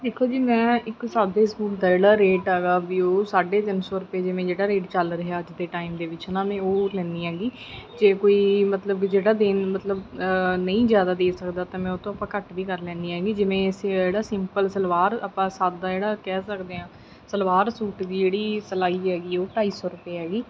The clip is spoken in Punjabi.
ਦੇਖੋ ਜੀ ਮੈਂ ਇੱਕ ਸਾਦੇ ਸੂਟ ਦਾ ਜਿਹੜਾ ਰੇਟ ਹੈਗਾ ਵੀ ਉਹ ਸਾਢੇ ਤਿੰਨ ਸੌ ਰੁਪਏ ਜਿਵੇਂ ਜਿਹੜਾ ਰੇਟ ਚੱਲ ਰਿਹਾ ਅੱਜ ਦੇ ਟਾਈਮ ਦੇ ਵਿੱਚ ਹੈ ਨਾ ਮੈਂ ਉਹ ਲੈਂਦੀ ਹੈਗੀ ਜੇ ਕੋਈ ਮਤਲਬ ਜਿਹੜਾ ਦੇਣ ਮਤਲਬ ਨਹੀਂ ਜ਼ਿਆਦਾ ਦੇ ਸਕਦਾ ਤਾਂ ਮੈਂ ਉਹ ਤੋਂ ਆਪਾਂ ਘੱਟ ਵੀ ਕਰ ਲੈਂਦੀ ਹੈਗੀ ਜਿਵੇਂ ਸ ਜਿਹੜਾ ਸਿੰਪਲ ਸਲਵਾਰ ਆਪਾਂ ਸਾਦਾ ਜਿਹੜਾ ਕਹਿ ਸਕਦੇ ਹਾਂ ਸਲਵਾਰ ਸੂਟ ਵੀ ਜਿਹੜੀ ਸਿਲਾਈ ਹੈਗੀ ਉਹ ਢਾਈ ਸੌ ਰੁਪਇਆ ਹੈਗੀ